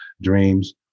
dreams